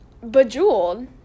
Bejeweled